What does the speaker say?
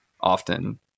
often